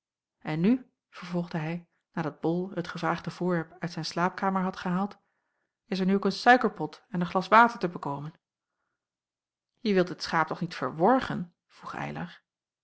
en nu vervolgde hij nadat bol het gevraagde voorwerp uit jacob van ennep laasje evenster zijn slaapkamer had gehaald is er nu ook een suikerpot en een glas water te bekomen je wilt het schaap toch niet verworgen vroeg